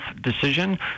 decision